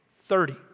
thirty